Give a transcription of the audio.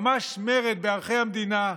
ממש מרד בערכי המדינה,